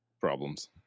problems